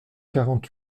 quarante